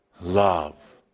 Love